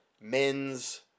Men's